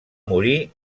morir